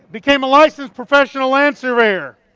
became a licensed professional land surveyor.